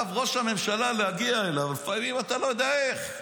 להגיע לראש הממשלה, לפעמים אתה לא יודע איך.